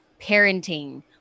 parenting